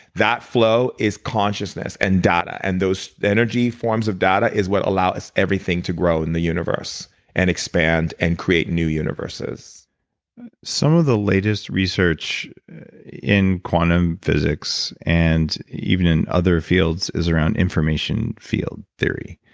that flow is consciousness and data, and those energy forms of data is what allow us everything to grow in the universe and expand, and create new universes some of the latest research in quantum physics and even in other fields is around information field theory.